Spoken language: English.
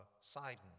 Sidon